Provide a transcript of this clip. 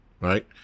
right